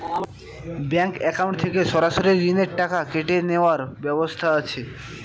Bank account থেকে সরাসরি ঋণের টাকা কেটে নেওয়ার ব্যবস্থা আছে?